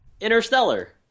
Interstellar